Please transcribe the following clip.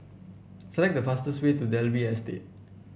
select the fastest way to Dalvey Estate